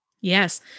yes